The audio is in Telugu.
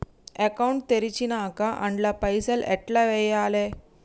అకౌంట్ తెరిచినాక అండ్ల పైసల్ ఎట్ల వేయాలే?